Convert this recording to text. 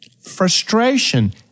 frustration